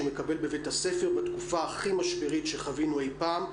מקבל בבית הספר בתקופה הכי משברית שחווינו אי-פעם.